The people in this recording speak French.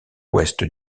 ouest